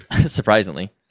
surprisingly